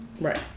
right